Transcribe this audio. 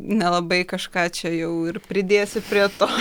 nelabai kažką čia jau ir pridėsiu prie to